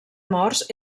morts